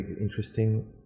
interesting